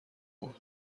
بود